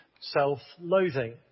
self-loathing